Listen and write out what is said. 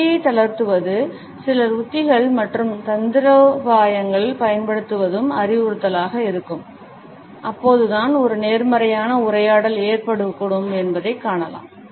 பிடியை தளர்த்துவதற்கு சில உத்திகள் மற்றும் தந்திரோபாயங்களைப் பயன்படுத்துவதும் அறிவுறுத்தலாக இருக்கும் அப்போதுதான் ஒரு நேர்மறையான உரையாடல் ஏற்படக்கூடும் என்பதைக் காணலாம்